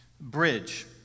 bridge